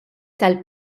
tal